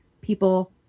people